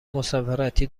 مسافرتی